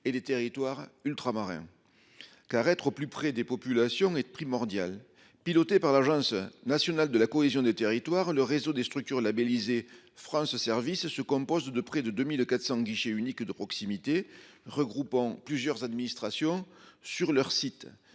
et les territoires ultramarins. Car être au plus près des populations et de primordial, piloté par l'Agence nationale de la cohésion des territoires, le réseau des structures labellisé France ce service se compose de près de 2400 guichets uniques de proximité regroupant plusieurs administrations sur leur site